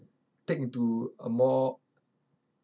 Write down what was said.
take into a more